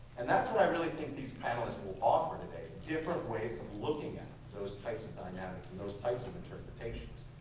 and that's what i really think these panelists will offer today, different ways of looking at those types of dynamics and those types of interpretations.